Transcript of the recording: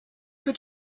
für